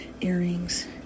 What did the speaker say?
earrings